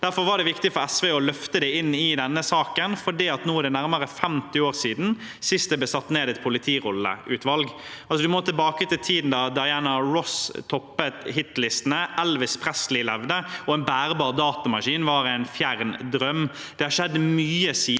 Derfor var det viktig for SV å løfte det inn i denne saken. Nå er det nærmere 50 år siden sist det ble satt ned et politirolleutvalg. Vi må tilbake til tiden da Diana Ross toppet hitlistene, Elvis Presley levde og en bærbar datamaskin var en fjern drøm. Det har skjedd mye siden